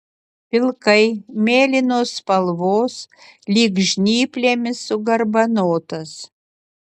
pilkai mėlynos spalvos lyg žnyplėmis sugarbanotas